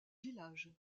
village